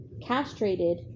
castrated